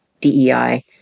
DEI